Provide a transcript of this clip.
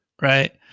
Right